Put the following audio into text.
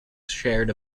shared